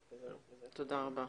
תודה רבה.